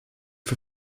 für